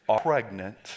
Pregnant